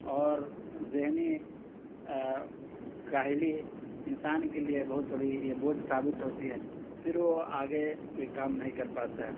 اور ذہنی کاہلی انسان کے لیے بہت بڑی یہ بوجھ ثابت ہوتی ہے پھر وہ آگے کوئی کام نہیں کر پاتا ہے